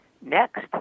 next